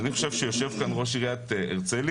אני חושב שיושב כאן ראש עיריית הרצליה,